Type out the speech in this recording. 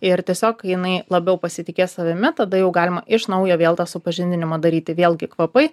ir tiesiog jinai labiau pasitikės savimi tada jau galima iš naujo vėl tą supažindinimą daryti vėlgi kvapai